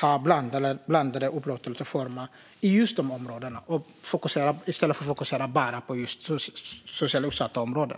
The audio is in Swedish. vara blandade upplåtelseformer även i de områdena i stället för att fokusera på bara just socialt utsatta områden?